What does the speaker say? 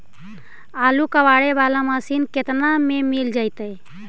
आलू कबाड़े बाला मशीन केतना में मिल जइतै?